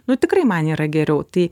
nu tikrai man yra geriau tai